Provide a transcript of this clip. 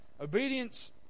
Obedience